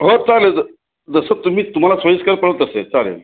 हो चालेल ज जसं तुम्ही तुम्हाला सोयीस्कर पडेल तसे चालेल